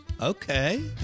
Okay